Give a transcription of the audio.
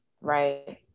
Right